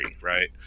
right